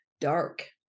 dark